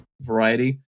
variety